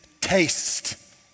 taste